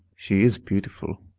she is beautiful